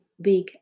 big